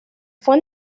fue